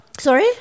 Sorry